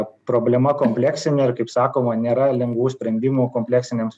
problema kompleksinė ir kaip sakoma nėra lengvų sprendimų kompleksinėm